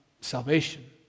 salvation